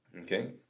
Okay